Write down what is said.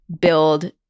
build